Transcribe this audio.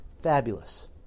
fabulous